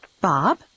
Bob